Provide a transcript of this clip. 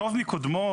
מקודמו,